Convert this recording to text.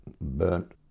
burnt